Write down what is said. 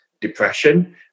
depression